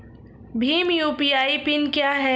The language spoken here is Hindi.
भीम यू.पी.आई पिन क्या है?